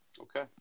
Okay